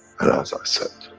and as i said,